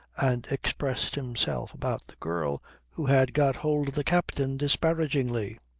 and expressed himself about the girl who had got hold of the captain disparagingly.